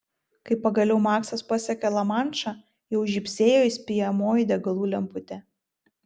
kai pagaliau maksas pasiekė lamanšą jau žybsėjo įspėjamoji degalų lemputė